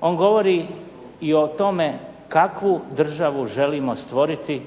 On govori i o tome kakvu državu želimo stvoriti